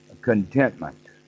contentment